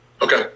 Okay